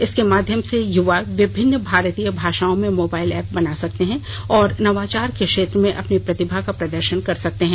इसके माध्यम से युवा विभिन्न भारतीय भाषाओं में मोबाइल ऐप बना सकते हैं और नवाचार के क्षेत्र में अपनी प्रतिभा का प्रदर्शन कर सकते हैं